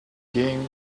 game